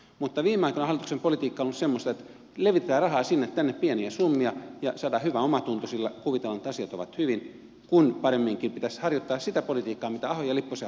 mutta viime aikoina hallituksen politiikka on ollut semmoista että levitetään rahaa sinne tänne pieniä summia ja saadaan hyvä omatunto sillä kuvitellaan että asiat ovat hyvin kun paremminkin pitäisi harjoittaa sitä politiikkaa mitä ahon ja lipposen hallitukset harjoittivat